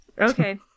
Okay